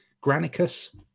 Granicus